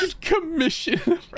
Commission